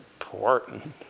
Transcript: important